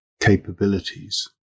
capabilities